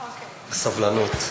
סבלנות.